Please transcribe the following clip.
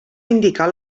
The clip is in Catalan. indicar